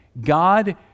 God